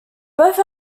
both